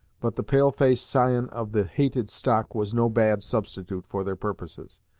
but the pale-face scion of the hated stock was no bad substitute for their purposes,